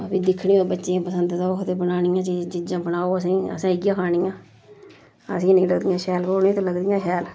अवा दिक्खनी होऐ बच्चे गी पंसद ते ओह् आखदे बनानियां चीजां बनाओ असें असें इ'यै खानियां असें नी लगदियां शैल ते उनें ते लगदियां शैल